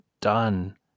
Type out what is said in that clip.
done